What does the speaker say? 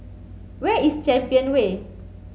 where is Champion Way